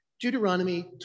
Deuteronomy